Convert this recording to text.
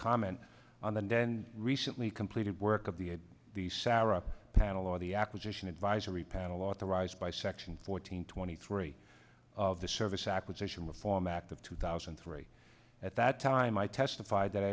comment on the net and recently completed work of the of the sarah panel or the acquisition advisory panel authorized by section fourteen twenty three of the service acquisition reform act of two thousand and three at that time i testified that i